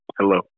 Hello